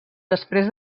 després